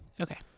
Okay